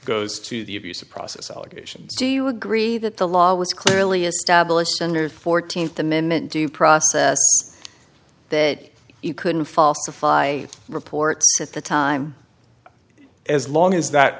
goes to the abuse of process allegations do you agree that the law was clearly established under fourteenth amendment due process that you couldn't falsify reports at the time as long as that